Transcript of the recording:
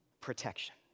protection